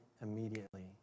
immediately